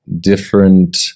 different